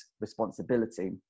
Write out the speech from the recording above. responsibility